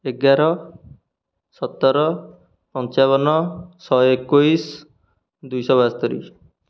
ଏଗାର ସତର ପଞ୍ଚାବନ ଶହ ଏକୋଇଶ ଦୁଇଶହ ବାସ୍ତୋରି